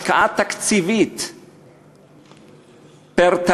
השקעה תקציבית פר-תלמיד.